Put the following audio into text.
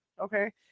Okay